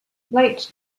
late